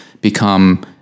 become